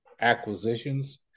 acquisitions